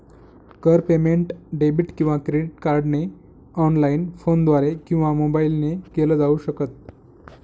कर payment debit किंवा credit कार्डने ऑनलाइन, फोनद्वारे किंवा मोबाईल ने केल जाऊ शकत